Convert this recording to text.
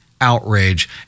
outrage